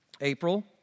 April